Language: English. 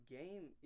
game